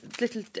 little